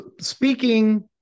Speaking